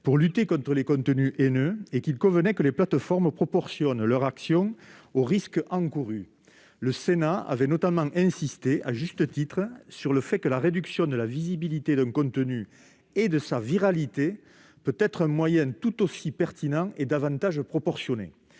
pour lutter contre les contenus haineux et qu'il convenait que les plateformes proportionnent leur action aux risques encourus. Le Sénat avait notamment insisté, à juste titre, sur le fait que la réduction de la visibilité d'un contenu et de sa viralité peut être un moyen tout aussi pertinent et davantage proportionné.